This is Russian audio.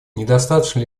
недостаточно